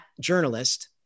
journalist